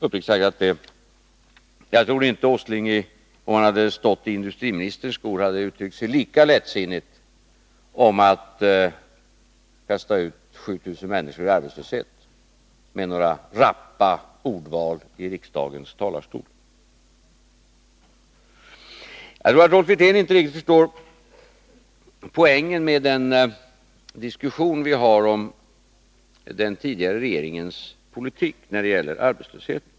Uppriktigt sagt tror jag inte att Nils Åsling, om han hade stått i industriministerns skor, hade uttryckt sig lika lättsinnigt om att kasta ut 7 000 människor i arbetslöshet med några rappa ordval i riksdagens talarstol. Jag tror att Rolf Wirtén inte riktigt förstår poängen med den diskussion vi har om den tidigare regeringens politik när det gäller arbetslösheten.